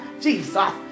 Jesus